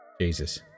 Jesus